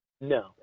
No